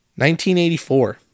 1984